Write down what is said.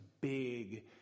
big